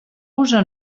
usa